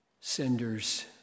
senders